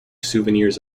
souvenirs